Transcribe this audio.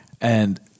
And-